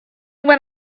when